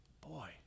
Boy